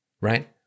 Right